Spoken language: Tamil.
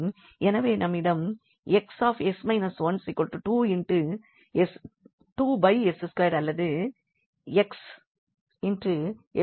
எனவே நம்மிடம் X 2s2 அல்லது X 2s12 ஆகும்